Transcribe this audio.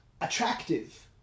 attractive